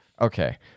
Okay